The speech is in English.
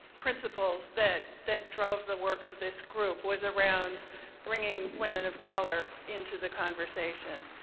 principles that that drove the work of this group was around bringing women of color into the conversation.